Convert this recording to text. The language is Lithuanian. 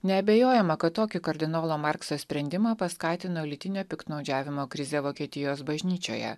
neabejojama kad tokį kardinolo markso sprendimą paskatino lytinio piktnaudžiavimo krizė vokietijos bažnyčioje